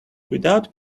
without